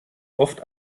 oft